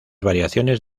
variaciones